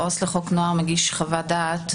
העובד הסוציאלי לחוק נוער מגיש חוות דעת.